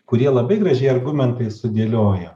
kurie labai gražiai argumentais sudėliojo